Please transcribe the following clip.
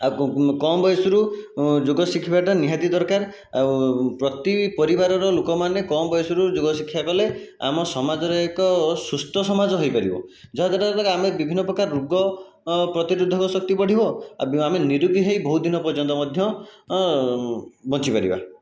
ଆଉ କମ ବୟସରୁ ଯୋଗ ଶିଖିବାଟା ନିହାତି ଦରକାର ଆଉ ପ୍ରତି ପରିବାରର ଲୋକମାନେ କମ ବୟସରୁ ଯୋଗ ଶିକ୍ଷା କଲେ ଆମ ସମାଜରେ ଏକ ସୁସ୍ଥ ସମାଜ ହୋଇପାରିବ ଯାହାଦ୍ୱାରାକି ଆମେ ବିଭିନ୍ନ ପ୍ରକାର ରୋଗ ଅ ପ୍ରତିରୋଧକ ଶକ୍ତି ବଢ଼ିବ ଆଉ ଆମେ ନିରୋଗୀ ହୋଇ ବହୁତ ଦିନ ପର୍ଯ୍ୟନ୍ତ ମଧ୍ୟ ବଞ୍ଚିପରିବା